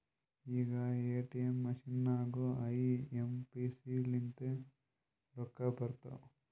ಈಗ ATM machine ನಾಗೂ I M P S ಲಿಂತೆ ರೊಕ್ಕಾ ಬರ್ತಾವ್